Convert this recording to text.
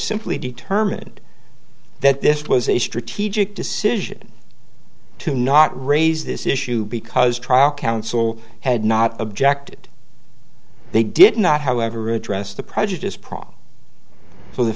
simply determined that this was a strategic decision to not raise this issue because trial counsel had not objected they did not however address the prejudice